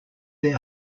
their